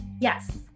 Yes